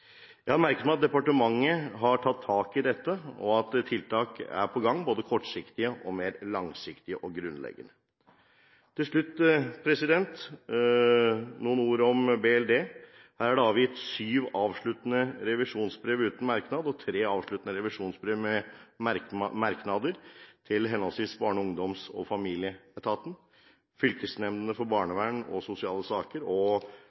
Jeg har merket meg at departementet har tatt tak i dette, og at tiltak er på gang, både kortsiktige og mer langsiktige og grunnleggende. Til slutt noen ord om Barne-, likestillings og inkluderingsdepartementet. Her er det avgitt syv avsluttende revisjonsbrev uten merknad og tre avsluttende revisjonsbrev med merknader til henholdsvis Barne-, ungdoms- og familieetaten, Fylkesnemndene for barnevern og sosiale saker